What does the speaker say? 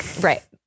right